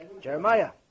Jeremiah